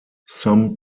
some